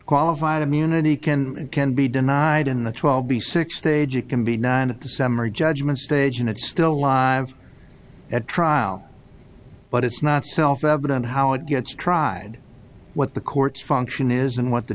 qualified immunity can and can be denied in the twelve b six stage it can be nine at the summary judgment stage and it's still alive at trial but it's not self evident how it gets tried what the courts function is and what the